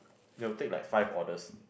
they will take like five orders